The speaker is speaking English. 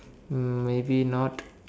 um maybe not